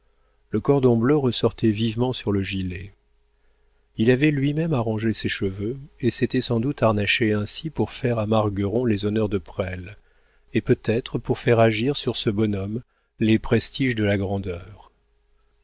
le cordon bleu ressortait vivement sur le gilet il avait lui-même arrangé ses cheveux et s'était sans doute harnaché ainsi pour faire à margueron les honneurs de presles et peut-être pour faire agir sur ce bonhomme les prestiges de la grandeur